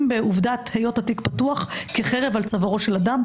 בעובדת היות התיק פתוח כחרב על צווארו של אדם,